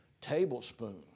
tablespoon